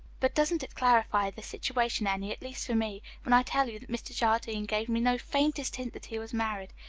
but doesn't it clarify the situation any, at least for me when i tell you that mr. jardine gave me no faintest hint that he was married?